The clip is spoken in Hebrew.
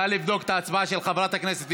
נא לבדוק את ההצבעה של חברת הכנסת.